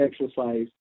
exercise